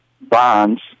bonds